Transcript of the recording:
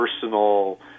personal